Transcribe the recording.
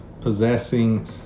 possessing